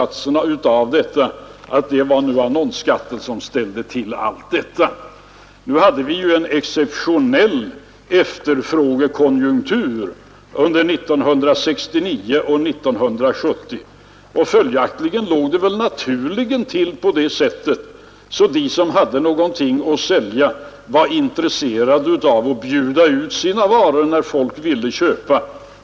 Av det har man dragit slutsatsen att det nog var annonsskatten som ställde till nedgången i annonsvolymen. Nu hade vi en exceptionell efterfrågekonjunktur under 1969 och 1970, och följaktligen låg det väl naturligen till på det sättet att de som hade något att sälja var intresserade av att bjuda ut sina varor när folk ville köpa.